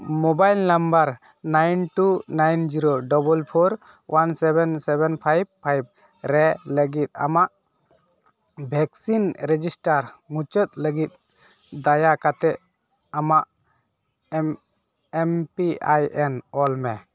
mobile number nine two nine zero double four one seven seven five five ᱨᱮ ᱞᱟᱹᱜᱤᱫ ᱟᱢᱟᱜ vaccine register ᱢᱩᱪᱟᱹᱫ ᱞᱟᱹᱜᱤᱫ ᱫᱟᱭᱟ ᱠᱟᱛᱮᱫ ᱟᱢᱟᱜ ᱮᱢ ᱯᱤ ᱟᱭ ᱮᱱ ᱚᱞ ᱢᱮ